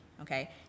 okay